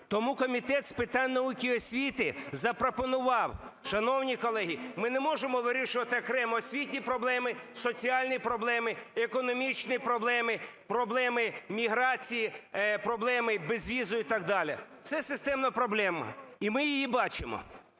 Тому Комітет з питань науки і освіти запропонував. Шановні колеги, ми не можемо вирішувати окремо освітні проблеми, соціальні проблеми і економічні проблеми, проблеми міграції, проблеми безвізу і так далі. Це системна проблема, і ми її бачимо.